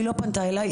היא לא פנתה אליי.